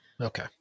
Okay